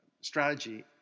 strategy